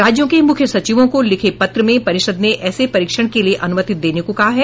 राज्यों के मुख्य सचिवों को लिखे पत्र में परिषद ने ऐसे परीक्षण के लिए अनुमति देने को कहा है